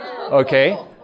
okay